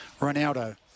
Ronaldo